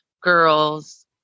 girls